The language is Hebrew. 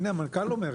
הנה המנכ"ל אומר את זה.